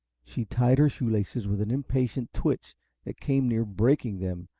she tied her shoelaces with an impatient twitch that came near breaking them,